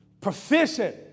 proficient